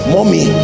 Mommy